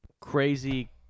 crazy